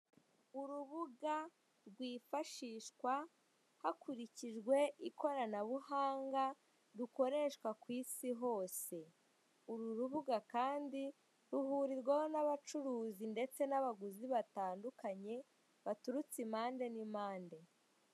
Urubuga rwifashishwa hakurikijwe ikoranabuhanga rukoreshwa ku isi hose. Uru rubuga kandi ruhurirwaho n'abacuruzi ndetse n'abaguzi batandukanye, baturutse impande n'impande.